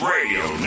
Radio